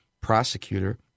prosecutor